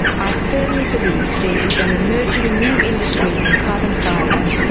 i firmly believe there is an emerging new industry in carbon fibre,